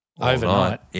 overnight